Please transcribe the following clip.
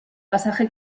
pasaje